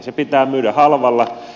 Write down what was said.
se pitää myydä halvalla